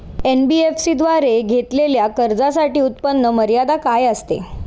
NBFC द्वारे घेतलेल्या कर्जासाठी उत्पन्न मर्यादा काय असते?